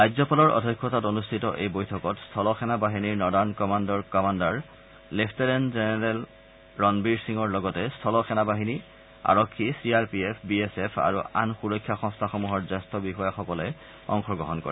ৰাজ্যপালৰ অধ্যক্ষতাত অনষ্ঠিত এই বৈঠকত স্থল সেনা বাহিনীৰ নৰ্ডান কামাণ্ডৰ কামাণ্ডাৰ লেফটেণ্টট জেনেৰেল ৰণবীৰ সিঙৰ লগতে স্থল সেনাবাহিনী আৰক্ষী C R P F B S F আৰু আন সুৰক্ষা সংস্থাসমূহৰ জ্যেষ্ঠ বিষয়াসকলে অংশগ্ৰহণ কৰে